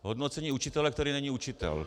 Hodnocení učitele, který není učitel.